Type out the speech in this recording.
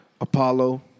Apollo